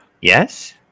yes